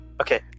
Okay